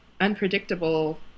unpredictable